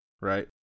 right